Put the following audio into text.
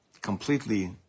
completely